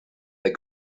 they